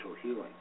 healing